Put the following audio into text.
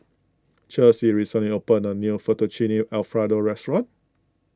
Chelsy recently opened a new Fettuccine Alfredo restaurant